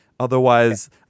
Otherwise